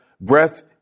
breath